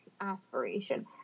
Aspiration